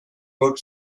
book